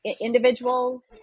individuals